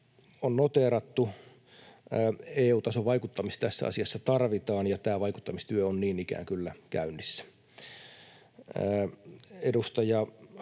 on noteerattu. EU-tason vaikuttamista tässä asiassa tarvitaan, ja tämä vaikuttamistyö on niin ikään kyllä käynnissä. Edustaja